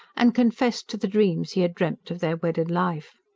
and confessed to the dreams he had dreamt of their wedded life.